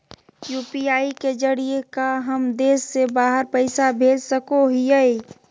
UPI के जरिए का हम देश से बाहर पैसा भेज सको हियय?